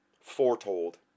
foretold